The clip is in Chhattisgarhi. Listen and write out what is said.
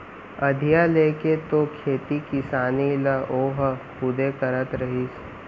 अधिया लेके तो खेती किसानी ल ओहा खुदे करत रहिस